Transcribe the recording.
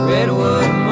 Redwood